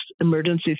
emergency